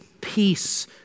peace